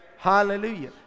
Hallelujah